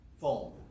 phone